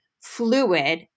fluid